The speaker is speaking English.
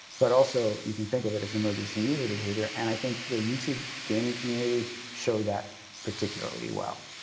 but also, you can think of it as emergence in user behavior. and i think the youtube gaming community showed that particularly well,